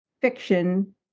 fiction